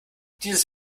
dieses